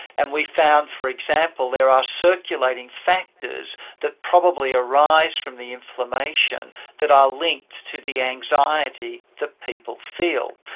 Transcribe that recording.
and we found, for example, there are circulating factors that probably arise from the inflammation that are linked to the anxiety that people feel.